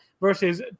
versus